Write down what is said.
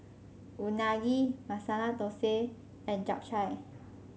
Unagi Masala Dosa and Japchae